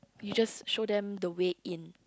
you just show them the way in